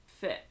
fit